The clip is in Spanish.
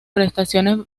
prestaciones